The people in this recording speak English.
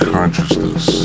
Consciousness